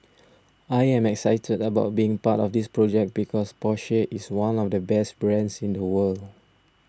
I am excited about being part of this project because Porsche is one of the best brands in the world